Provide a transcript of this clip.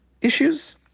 issues